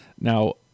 Now